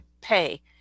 pay